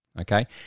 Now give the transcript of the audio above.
okay